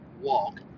walk